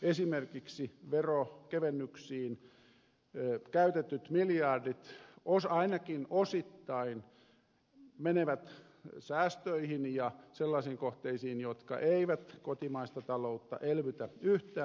esimerkiksi veronkevennyksiin käytetyt miljardit ainakin osittain menevät säästöihin ja sellaisiin kohteisiin jotka eivät kotimaista taloutta elvytä yhtään